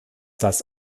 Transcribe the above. das